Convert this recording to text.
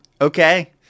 Okay